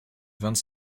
vingt